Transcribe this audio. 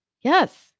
Yes